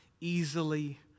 easily